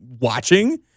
watching